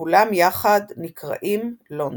וכולם יחד נקראים "לונדון".